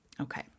okay